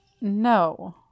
No